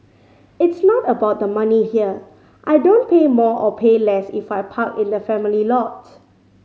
it's not about the money here I don't pay more or pay less if I park in the family lot